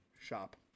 shop